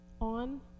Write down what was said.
on